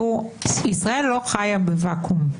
ישראל לא חיה בוואקום.